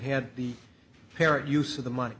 had the parent use of the money